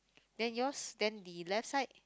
then yours then the left side